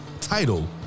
title